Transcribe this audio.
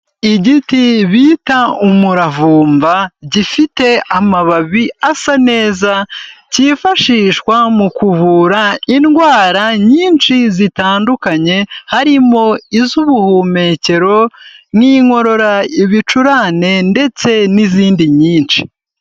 Igiti bita umuravumba, gifite amababi asa neza cyifashishwa mu kuvura indwara nyinshi zitandukanye, harimo iz'ubuhumekero n'inkorora, ibicurane ndetse n'izindi nyinshi.